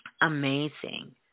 amazing